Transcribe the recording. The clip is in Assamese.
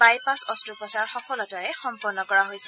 বাইপাছ অস্ত্ৰোপচাৰ সফলতাৰে সম্পন্ন কৰা হৈছে